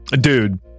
Dude